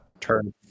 Turn